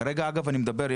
כרגע אגב אני מדבר,